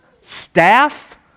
staff